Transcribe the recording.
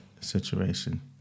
situation